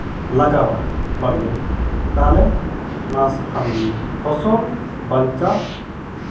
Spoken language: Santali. ᱞᱟᱜᱟᱣᱟ ᱵᱟᱲᱜᱮ ᱛᱟᱦᱚᱞᱮ ᱢᱟᱥᱦᱟᱱ ᱯᱷᱚᱥᱚᱞ ᱵᱟᱧᱪᱟᱣ